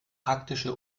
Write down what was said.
arktische